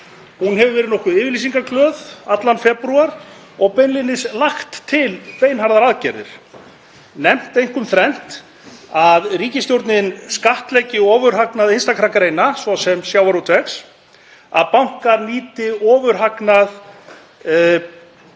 Hún hefur verið nokkuð yfirlýsingaglöð allan febrúar og beinlínis lagt til beinharðar aðgerðir, nefnt einkum þrennt; að ríkisstjórnin skattleggi ofurhagnað einstakra greina, svo sem sjávarútvegs, að bankar nýti ofurhagnað